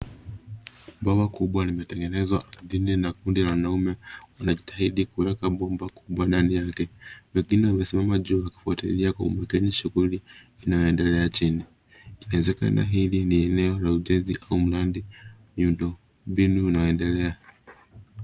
Bomba kubwa limetengenezwa ardhini na kundi la wanaume wanajitahidi kuweka bomba kubwa ndani yake. Wengine wamesimama juu wakiitegea kwa makini shuguli inayoendelea chini. Inawezekana hili ni eneo la ujenzi au mradi miundo mbinu inaendelea.